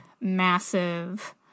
massive